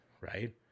Right